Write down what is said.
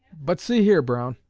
but, see here, brown,